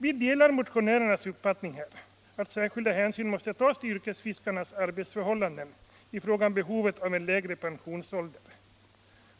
Vi delar motionärernas uppfattning att särskild hänsyn måste tas till yrkesfiskarnas arbetsförhållanden i fråga om behovet av lägre pensionsålder.